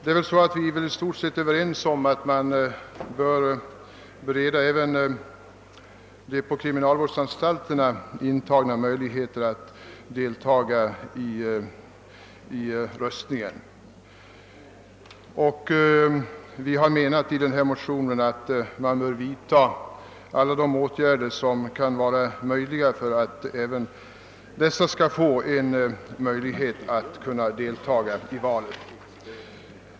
Vi är väl i stort sett överens om att man bör bereda även de på kriminalvårdsanstalterna intagna möjligheter att deltaga i val. I motionsparet har anförts att man bör vidta alla möjliga åtgärder för att även dessa människor skall få tillfälle att rösta.